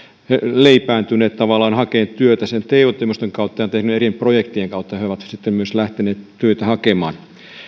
leipääntyneet hakemaan työtä sen te toimiston kautta ja eri projektien kautta he ovat sitten myös lähteneet työtä hakemaan